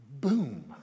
Boom